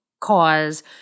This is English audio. cause